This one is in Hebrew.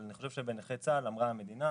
אבל אני חושב שבנכי צה"ל אמרה המדינה,